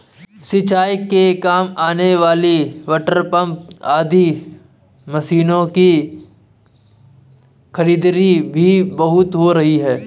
सिंचाई के काम आने वाले वाटरपम्प आदि मशीनों की खरीदारी भी बहुत हो रही है